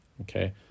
Okay